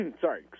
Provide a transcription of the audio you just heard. Sorry